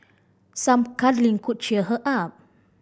some cuddling could cheer her up